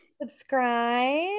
subscribe